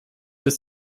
ist